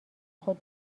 خود